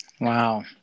Wow